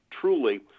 Truly